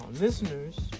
listeners